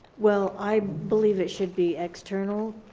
well i believe it should be external.